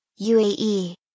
UAE